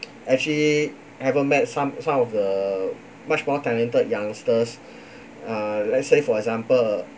actually haven't met some some of the much more talented youngsters uh let's say for example